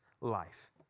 life